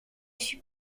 suis